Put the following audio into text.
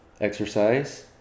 exercise